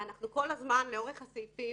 ואנחנו כל הזמן לאורך הסעיפים